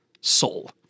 soul